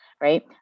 right